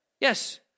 Yes